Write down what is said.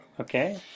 Okay